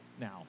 Now